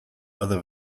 other